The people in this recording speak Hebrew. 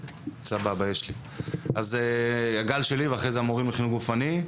שלי", ואחרי זה המורים לחינוך גופני.